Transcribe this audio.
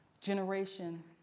generation